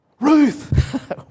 Ruth